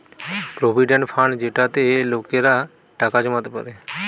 provident fund যেটাতে লোকেরা টাকা জমাতে পারে